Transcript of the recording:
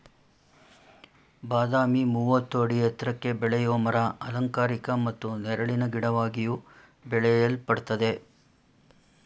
ಬಾದಾಮಿ ಮೂವತ್ತು ಅಡಿ ಎತ್ರಕ್ಕೆ ಬೆಳೆಯೋ ಮರ ಅಲಂಕಾರಿಕ ಮತ್ತು ನೆರಳಿನ ಗಿಡವಾಗಿಯೂ ಬೆಳೆಯಲ್ಪಡ್ತದೆ